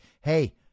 hey